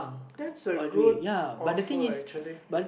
that's a good offer actually